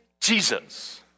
Jesus